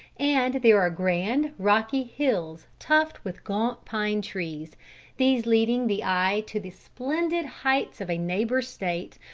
and there are grand, rocky hills tufted with gaunt pine trees these leading the eye to the splendid heights of a neighbour state,